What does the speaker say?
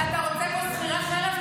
אתה רוצה פה שכירי חרב?